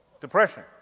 depression